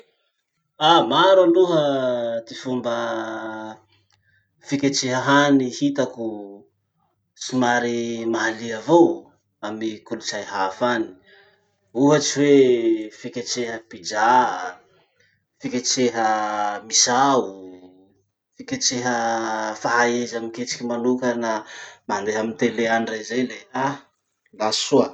Ah! maro aloha ty fomba fiketreha hany hitako somary mahalia avao amy kolotsay hafa any. Ohatsy hoe fiketreha pizza, fiketreha misao, fiketreha fahaiza miketriky manokana mandeha amy tele any rey zay le ah la soa.